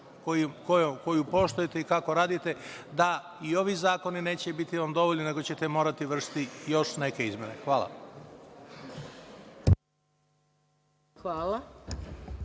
koju poštujete i kako radite, i ovi zakoni neće vam biti dovoljni nego ćete morati vršiti još neke izmene. Hvala. **Maja